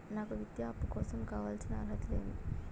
నాకు విద్యా అప్పు కోసం కావాల్సిన అర్హతలు ఏమి?